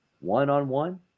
one-on-one